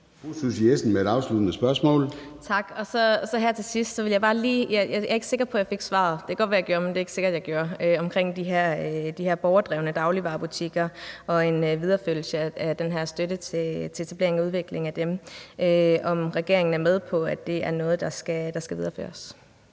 det er ikke sikkert – høre omkring de her borgerdrevne dagligvarebutikker og en videreførelse af den her støtte til etablering og udvikling af dem, altså høre, om regeringen er med på, at det er noget, der skal videreføres.